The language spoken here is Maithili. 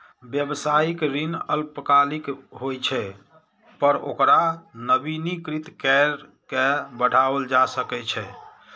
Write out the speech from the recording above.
व्यावसायिक ऋण अल्पकालिक होइ छै, पर ओकरा नवीनीकृत कैर के बढ़ाओल जा सकै छै